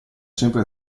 sempre